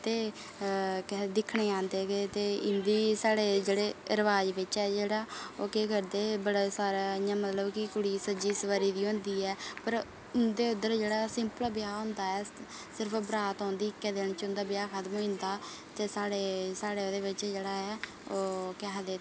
ते केह् आखदे दिक्खने गी आंदे ते इंदी साढ़े जेह्ड़े रवाज़ बिच्चा ओह् केह् करदे कि बड़ा सारा मतलब कि कुड़ी सजी संबरी दी होंदी ऐ ते इंदे इद्धर जेह्ड़ा सिंपल ब्याह् होंदा सिर्फ बरात औंदी ते इक्कै दिन च ब्याह् होई जंदा ते साढ़े ओह्दे बिच जेह्ड़ा ऐ ओह् केह् आखदे